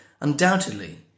undoubtedly